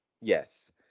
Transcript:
Yes